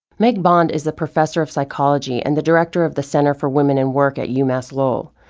meg bond is a professor of psychology and the director of the center for women and work at umass lowell.